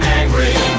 angry